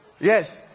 Yes